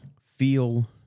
Feel